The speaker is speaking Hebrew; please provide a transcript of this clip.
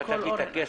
מסמך,